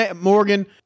Morgan